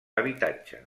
habitatge